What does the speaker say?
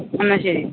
എന്നാൽ ശരി